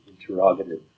interrogative